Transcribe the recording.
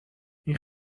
این